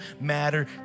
matter